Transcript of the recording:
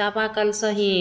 चापा कलसँ ही